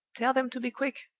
tell them to be quick!